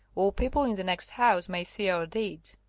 or people in the next house may see our deeds.